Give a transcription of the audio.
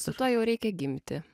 su tuo jau reikia gimti